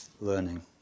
learning